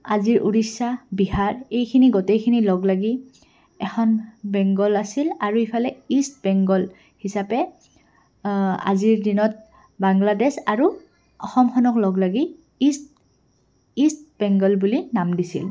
আজিৰ ওড়িশা বিহাৰ এইখিনি গোটেইখিনি লগ লাগি এখন বেংগল আছিল আৰু ইফালে ইষ্ট বেংগল হিচাপে আজিৰ দিনত বাংলাদেশ আৰু অসমখনক লগ লাগি ইষ্ট ইষ্ট বেংগল বুলি নাম দিছিল